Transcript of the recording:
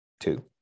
two